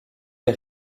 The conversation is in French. des